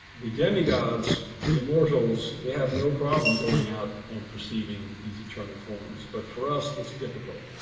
the demigods, the immortals, they have no problem going out and perceiving these eternal forums, but for us, it's difficult.